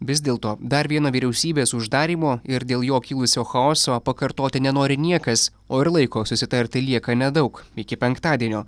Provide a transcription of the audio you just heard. vis dėlto dar vieną vyriausybės uždarymo ir dėl jo kilusio chaoso pakartoti nenori niekas o ir laiko susitarti lieka nedaug iki penktadienio